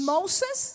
Moses